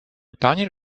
daniel